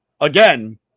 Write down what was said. again